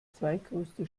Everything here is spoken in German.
zweitgrößte